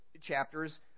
chapters